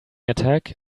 attack